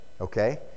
okay